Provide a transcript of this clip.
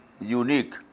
unique